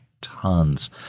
tons